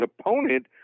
opponent